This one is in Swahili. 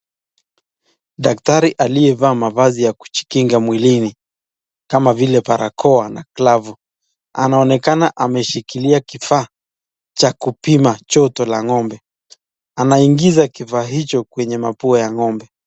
Dakitari aliye vaa mavazi ya kujikinga mwilini kama vile barakoa na klavu, anaonekana ameshikilia kifaa cha kupima joto la ng'ombe ,anaingiza kifaa hicho kwenye mapua ya ng'ombe.